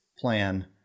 plan